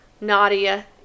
Nadia